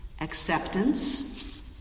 Acceptance